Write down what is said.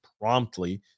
promptly